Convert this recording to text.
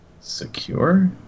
Secure